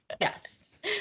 Yes